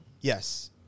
Yes